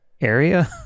area